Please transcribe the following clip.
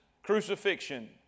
crucifixion